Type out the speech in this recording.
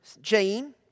Jane